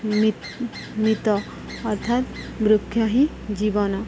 ମିତ ଅର୍ଥାତ ବୃକ୍ଷ ହିଁ ଜୀବନ